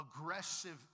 aggressive